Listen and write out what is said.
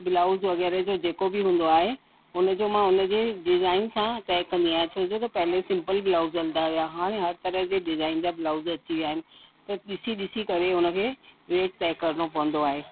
blouse वग़ैरह जो जेको बि हूंदो आहे उन जो मां उन जे डिजाईन सां तय कंदी आहियां छो जो त पहिले सिम्पल ब्लाऊज हलंदा हुया हाणे हर तरह जी डिजाईन जा ब्लाऊज अची विया आहिनि त ॾिसी ॾिसी करे उन खे रेत तय करिणो पवंदो आहे